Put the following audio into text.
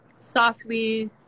Softly